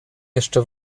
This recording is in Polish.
jeszcze